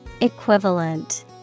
Equivalent